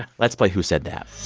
let's play who said that